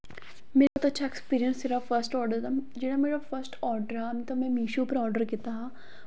मेरा बड़ा अच्छा एक्सपीरियंस रेहा फर्स्ट आर्डर दा जेह्ड़ा मेरा फर्स्ट आर्डर हा ओह् में मीशो पर आर्डर कीता हा